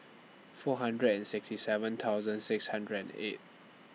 four hundred and sixty seven six hundred and eight